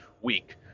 week